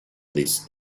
this